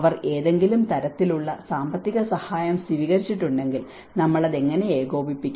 അവർ ഏതെങ്കിലും തരത്തിലുള്ള സാമ്പത്തിക സഹായം സ്വീകരിച്ചിട്ടുണ്ടെങ്കിൽ നമ്മൾ അത് എങ്ങനെ ഏകോപിപ്പിക്കണം